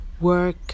work